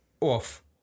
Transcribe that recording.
off